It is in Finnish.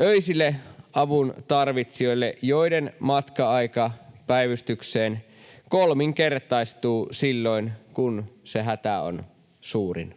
öisille avuntarvitsijoille, joiden matka-aika päivystykseen kolminkertaistuu silloin, kun se hätä on suurin?